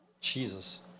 Jesus